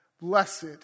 blessed